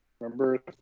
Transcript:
Remember